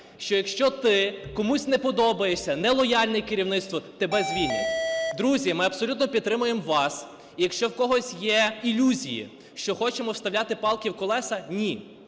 Що, якщо ти комусь не подобаєшся, нелояльне керівництво, тебе звільнять. Друзі, ми абсолютно підтримуємо вас, якщо в когось є ілюзії, що хочемо вставляти палки в колеса. Ні,